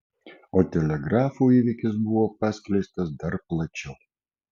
o telegrafu įvykis buvo paskleistas dar plačiau